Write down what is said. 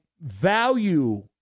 value